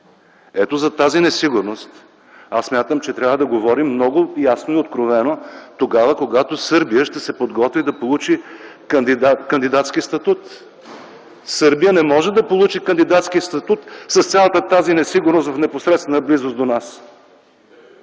Ето, за тази несигурност трябва да говорим много ясно и откровено, когато Сърбия ще се готви да получи кандидатски статут. Сърбия не може да получи кандидатски статут с цялата тази несигурност в непосредствена близост до нас!